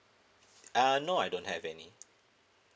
uh no I don't have any